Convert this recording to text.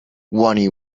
ronnie